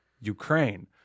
Ukraine